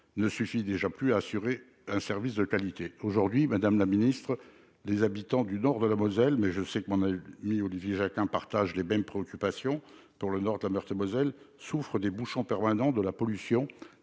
ne suffit déjà plus à assurer un service de qualité. Aujourd'hui, madame la secrétaire d'État, les habitants du nord de la Moselle, mais je sais que mon ami Olivier Jacquin partage les mêmes préoccupations que moi pour le nord de la Meurthe-et-Moselle, souffrent des bouchons permanents, de la pollution,